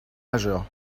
majeur